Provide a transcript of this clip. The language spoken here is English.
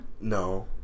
No